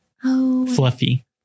Fluffy